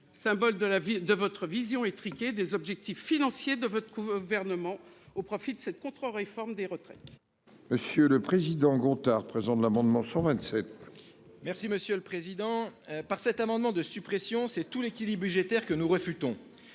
ville de votre vision étriquée des objectifs financiers de votre coup gouvernement au profit de cette contre-réforme des retraites. Monsieur le président Gontard présent de l'amendement 127. Merci monsieur le président. Par cet amendement de suppression. C'est tout l'équilibre budgétaire que nous réfutons